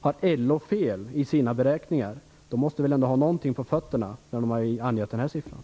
Har LO fel i sina beräkningar? Man måste väl ändå ha haft något på fötterna när man angav den här siffran.